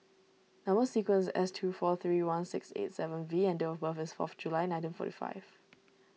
Number Sequence is S two four three one six eight seven V and date of birth is fourth July nineteen forty five